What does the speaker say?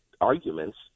arguments